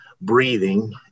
breathing